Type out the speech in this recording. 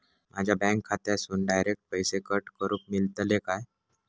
माझ्या बँक खात्यासून डायरेक्ट पैसे कट करूक मेलतले काय?